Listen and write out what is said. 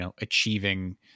achieving